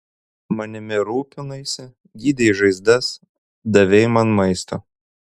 manimi rūpinaisi gydei žaizdas davei man maisto